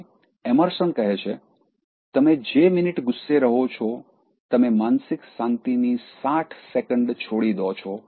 પછી એમર્સન કહે છે તમે જે મિનિટ ગુસ્સે રહો છો તમે માનસિક શાંતિની સાઠ સેકંડ છોડી દો છો